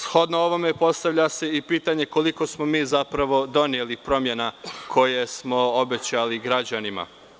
Shodno ovome, postavlja se i pitanje koliko smo mi zapravo doneli promena koje smo obećali građanima.